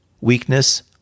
Weakness